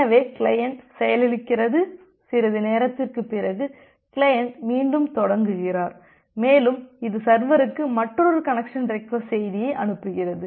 எனவே கிளையன்ட் செயலிழக்கிறது சிறிது நேரத்திற்குப் பிறகு கிளையன்ட் மீண்டும் தொடங்குகிறார் மேலும் இது சர்வர்ற்கு மற்றொரு கனெக்சன் ரெக்வஸ்ட் செய்தியை அனுப்புகிறது